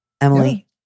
Emily